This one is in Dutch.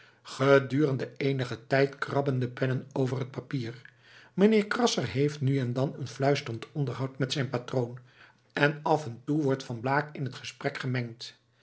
gedurende eenigen tijd krabben de pennen over het papier mijnheer krasser heeft nu en dan een fluisterend onderhoud met zijn patroon en af en toe wordt van blaak in het gesprek gemengd